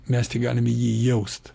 mes tik galime jį jaust